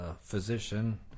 Physician